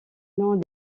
noms